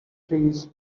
trees